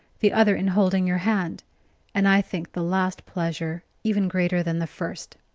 the other in holding your hand and i think the last pleasure even greater than the first.